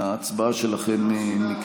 הצבעת הפעם?